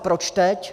Proč teď?